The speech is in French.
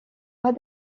pas